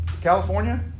California